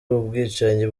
ubwicanyi